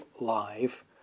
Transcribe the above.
live